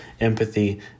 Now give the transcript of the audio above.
empathy